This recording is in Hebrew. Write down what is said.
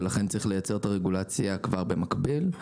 ולכן צריך לייצר את הרגולציה כבר במקביל.